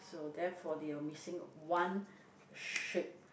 so therefore they are missing one sheep